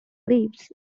leaves